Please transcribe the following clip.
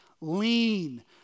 lean